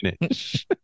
finish